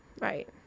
right